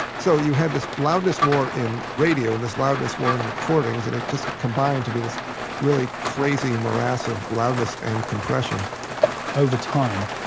so, you had this loudness war in radio and this loudness war in recordings and it just combined to be this really crazy morass of loudness and compression over time,